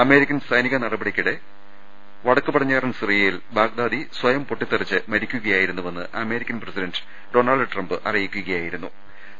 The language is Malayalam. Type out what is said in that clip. അമേരിക്കൻ സൈനിക നടപടിക്കിടെ വടക്ക് പടിഞ്ഞാറൻ സിറി യയിൽ ബാഗ്ദാദി സ്വയം പൊട്ടിത്തെറിച്ച് മരിക്കുകയായിരുന്നുവെന്ന് അമേരിക്കൻ പ്രസിഡന്റ് ഡൊണാൾഡ് ട്രംപ് അറിയിക്കുകയായിരു ന്നു